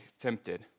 tempted